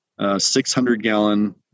600-gallon